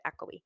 echoey